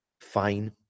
fine